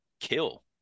kill